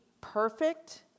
perfect